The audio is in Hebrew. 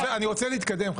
אני רוצה להתקדם,